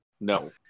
No